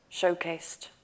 showcased